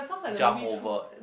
jump over